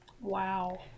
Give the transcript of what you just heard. Wow